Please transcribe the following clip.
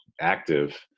active